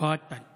אוהד טל.